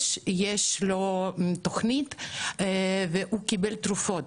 הייתה לו תוכנית והוא קיבל כל חודש תרופות.